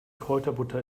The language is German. kräuterbutter